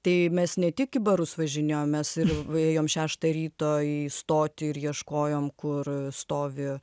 tai mes ne tik į barus važinėjom mes ir joms šeštą ryto į stotį ir ieškojom kur stovi